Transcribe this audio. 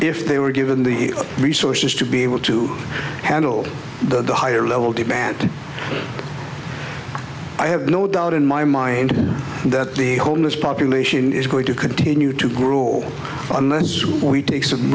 if they were given the resources to be able to handle the higher level demand i have no doubt in my mind that the homeless population is going to continue to grow on and soon we take some